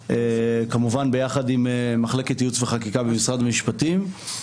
כמובן ביחד עם מחלקת ייעוץ וחקיקה במשרד המשפטים,